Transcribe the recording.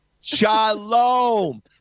Shalom